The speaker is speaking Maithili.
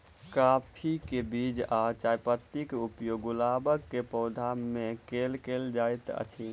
काफी केँ बीज आ चायपत्ती केँ उपयोग गुलाब केँ पौधा मे केल केल जाइत अछि?